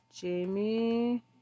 Jamie